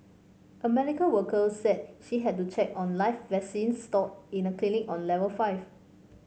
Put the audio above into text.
a medical worker said she had to check on live vaccines stored in a clinic on level five